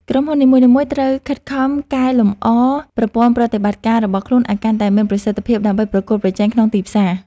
ក្រុមហ៊ុននីមួយៗត្រូវខិតខំកែលម្អប្រព័ន្ធប្រតិបត្តិការរបស់ខ្លួនឱ្យកាន់តែមានប្រសិទ្ធភាពដើម្បីប្រកួតប្រជែងក្នុងទីផ្សារ។